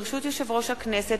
ברשות יושב-ראש הכנסת,